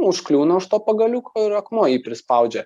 užkliūna už to pagaliuko ir akmuo jį prispaudžia